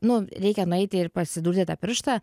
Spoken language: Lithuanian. nu reikia nueiti ir pasidurti tą pirštą